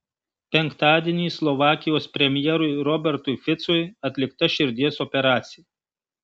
penktadienį slovakijos premjerui robertui ficui atlikta širdies operacija